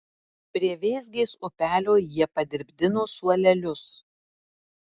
prie vėzgės upelio jie padirbdino suolelius